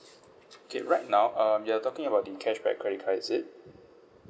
okay right now um you are talking about the cashback credit card is it